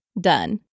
Done